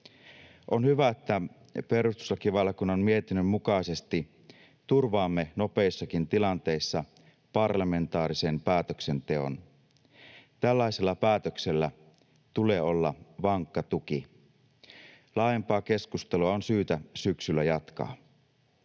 On hyvä, että perustuslakivaliokunnan mietinnön mukaisesti turvaamme nopeissakin tilanteissa parlamentaarisen päätöksenteon. Tällaisella päätöksellä tulee olla vankka tuki. Laajempaa keskustelua on syytä jatkaa